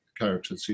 character